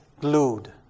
glued